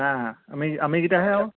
আমি আমি কেইটাহে আৰু